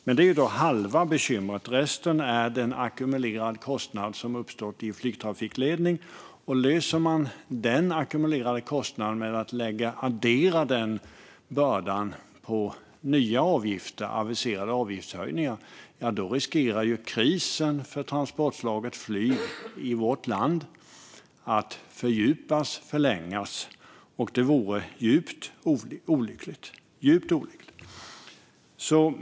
Men det är bara halva bekymret. Resten är den ackumulerade kostnad som uppstått i flygtrafikledningen. Löser man den ackumulerade kostnaden genom att addera den bördan till nya aviserade avgiftshöjningar riskerar krisen för transportslaget flyg i vårt land att fördjupas och förlängas. Det vore djupt olyckligt.